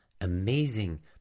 amazing